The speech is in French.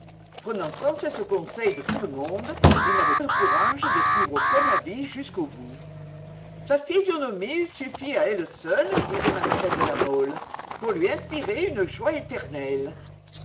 sans cesse conseil de tout le monde il n'avait le courage de suivre aucun avis jusqu'au bout sa physionomie eût suffi à elle seule disait mlle de la mole pour lui inspirer une joie éternelle